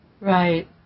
Right